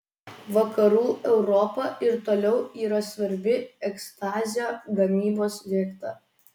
vakarų europa ir toliau yra svarbi ekstazio gamybos vieta